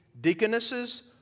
deaconesses